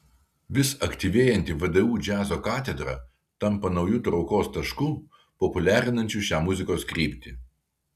vis aktyvėjanti vdu džiazo katedra tampa nauju traukos tašku populiarinančiu šią muzikos kryptį